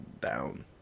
down